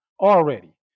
already